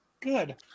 Good